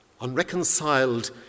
unreconciled